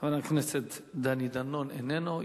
חבר הכנסת דני דנון, איננו.